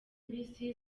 mbisi